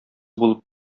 булып